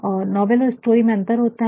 और नावेल और स्टोरी में अंतर होता है